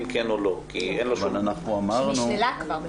שנשללה כבר.